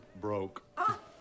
broke